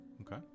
Okay